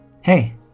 Hey